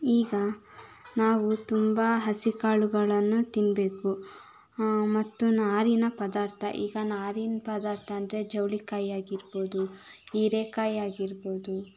ಈಗ ನಾವು ತುಂಬ ಹಸಿಕಾಳುಗಳನ್ನು ತಿನ್ನಬೇಕು ಮತ್ತು ನಾರಿನ ಪದಾರ್ಥ ಈಗ ನಾರಿನ ಪದಾರ್ಥ ಅಂದರೆ ಜವ್ಳಿಕಾಯಿ ಆಗಿರ್ಬೋದು ಹೀರೇಕಾಯಿ ಆಗಿರ್ಬೋದು